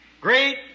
great